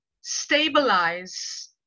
stabilize